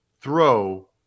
throw